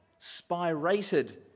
spirated